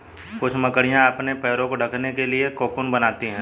कुछ मकड़ियाँ अपने पैरों को ढकने के लिए कोकून बनाती हैं